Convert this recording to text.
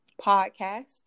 podcast